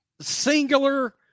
singular